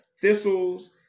Thistles